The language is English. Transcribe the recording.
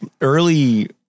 Early